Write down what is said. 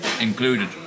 included